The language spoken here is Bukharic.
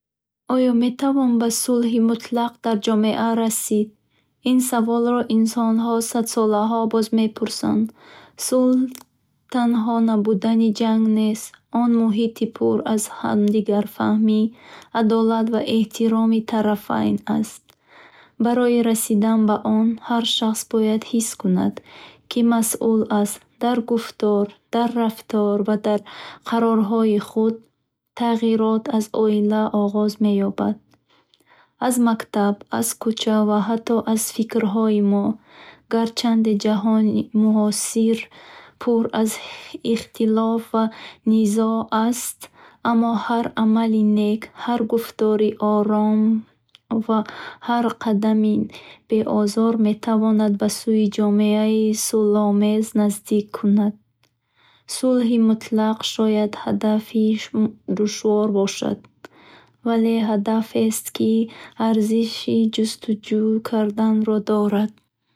Оё метавон ба сулҳи мутлақ дар ҷомеа расид? Ин саволро инсонҳо садсолаҳо боз мепурсанд. Сулҳ танҳо набудани ҷанг нест он муҳити пур аз ҳамдигарфаҳмӣ, адолат ва эҳтироми тарафайн аст. Барои расидан ба он, ҳар шахс бояд ҳис кунад, ки масъул аст: дар гуфтор, дар рафтор ва дар қарорҳои худ. Тағйирот аз оила оғоз меёбад, аз мактаб, аз кӯча ва ҳатто аз фикрҳои мо. Гарчанде ҷаҳони муосир пур аз ихтилоф ва низоъ аст, аммо ҳар амали нек, ҳар гуфтори ором ва ҳар қадами беозор метавонад ба сӯи ҷомеаи сулҳомез наздик кунад. Сулҳи мутлақ шояд ҳадафи душвор бошад, вале ҳадафест, ки арзиши ҷустуҷӯ карданро дорад.